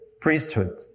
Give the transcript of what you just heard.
priesthood